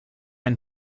ein